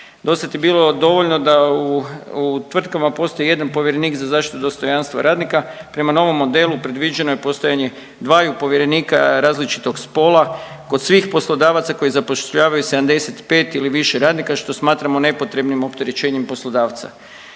Do sad je bilo dovoljno da u tvrtkama postoji jedan povjerenik za zaštitu dostojanstva radnika. Prema novom modelu predviđeno je postojanje dvaju povjerenika različitog spola kod svih poslodavaca koji zapošljavaju 75 ili više radnika što smatramo nepotrebnim opterećenjem poslodavca.